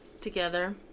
together